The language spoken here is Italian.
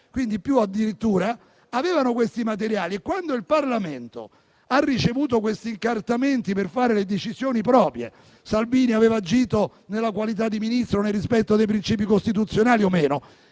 più di sette - avevano questi materiali e quando il Parlamento ha ricevuto gli incartamenti per prendere le decisioni proprie, se Salvini avesse agito in qualità di Ministro, nel rispetto dei principi costituzionali o meno,